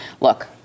look